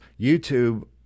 YouTube